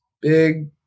big